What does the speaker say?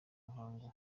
muhango